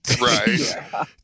Right